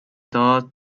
the